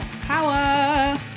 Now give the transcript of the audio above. Power